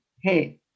hey